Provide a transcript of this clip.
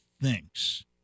thinks